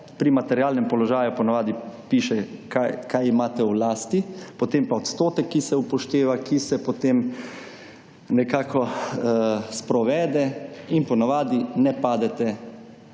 pri materialnem položaju po navadi piše, kaj imate v lasti, potem pa odstotek, ki se upošteva, ki se potem nekako sprovede in po navadi ne padete